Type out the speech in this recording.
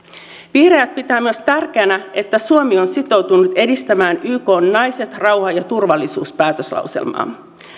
vihreät pitää myös tärkeänä että suomi on sitoutunut edistämään ykn naiset rauha ja turvallisuus päätöslauselmaa